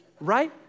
Right